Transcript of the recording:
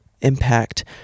impact